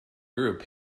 group